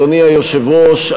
אדוני היושב-ראש,